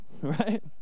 Right